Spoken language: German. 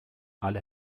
alle